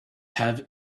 have